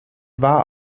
war